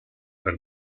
per